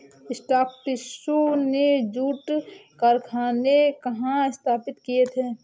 स्कॉटिशों ने जूट कारखाने कहाँ स्थापित किए थे?